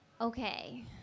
Okay